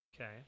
Okay